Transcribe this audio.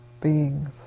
beings